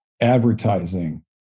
advertising